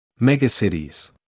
Megacities